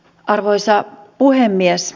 arvoisa puhemies